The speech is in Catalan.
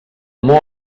mor